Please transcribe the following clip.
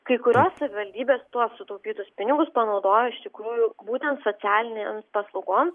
kai kurios savivaldybės tuos sutaupytus pinigus panaudoja iš tikrųjų būtent socialinėms paslaugoms